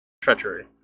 treachery